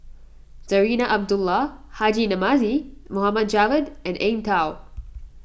Zarinah Abdullah Haji Namazie Mohd Javad and Eng Tow